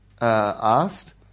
asked